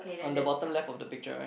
on the bottom left of the picture right